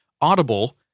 Audible